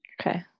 okay